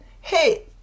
hey